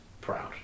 proud